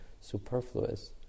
superfluous